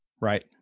Right